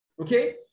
okay